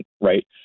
right